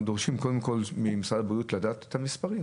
דורשים קודם כל ממשרד הבריאות לדעת את המספרים.